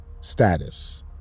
status